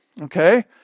okay